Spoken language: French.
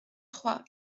trois